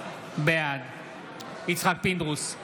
בעד יצחק פינדרוס,